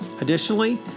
Additionally